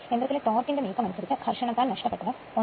യന്ത്രത്തിലെ ടോർക്കിന്റെ നീക്കം അനുസരിച്ചു ഘർഷണത്താൽ നഷ്ടപെട്ടത് 1